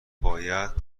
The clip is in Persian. باید